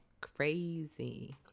Crazy